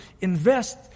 invest